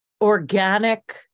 organic